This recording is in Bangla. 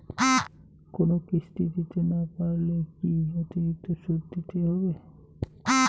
কোনো কিস্তি দিতে না পারলে কি অতিরিক্ত সুদ দিতে হবে?